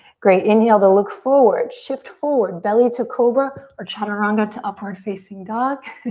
great, inhale to look forward. shift forward, belly to cobra or chaturanga to upward facing dog.